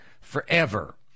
forever